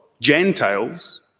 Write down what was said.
Gentiles